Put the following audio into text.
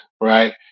right